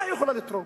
מה היא יכולה לתרום?